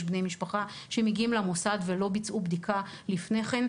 בני משפחה שמגיעים למוסד ולא ביצעו בדיקה לפני כן,